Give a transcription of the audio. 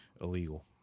illegal